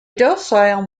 docile